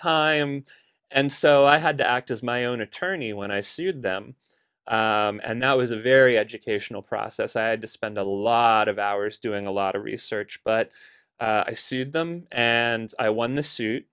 time and so i had to act as my own attorney when i sued them and that was a very educational process i had to spend a lot of hours doing a lot of research but i sued them and i won the suit